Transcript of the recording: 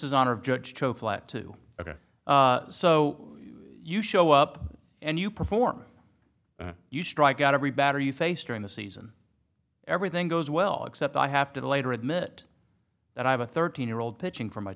honor of judge joe flat to address so you show up and you perform you strike out every batter you face during the season everything goes well except i have to later admit that i have a thirteen year old pitching for my